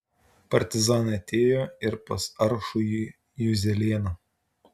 partizanai atėjo ir pas aršųjį juzelėną